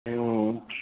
তেওঁ